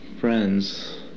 friends